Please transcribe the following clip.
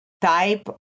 type